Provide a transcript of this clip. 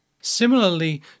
Similarly